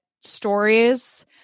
stories